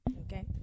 Okay